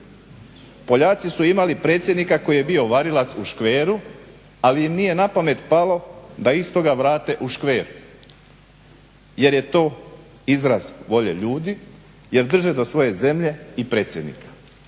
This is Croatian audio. Poljaci su imali predsjednika koji je bio varilac u škveru, ali im nije na pamet palo da istoga vrate u škver jer je to izraz volje ljudi, jer drže do svoje zemlje i predsjednika.